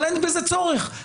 אבל אין בזה צורך,